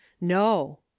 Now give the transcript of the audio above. no